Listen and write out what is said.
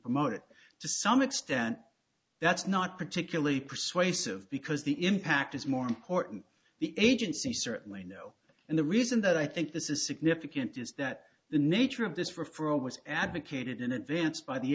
promoted to some extent that's not particularly persuasive because the impact is more important the agency certainly no and the reason that i think this is significant is that the nature of this for for always advocated in advance by the